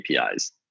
APIs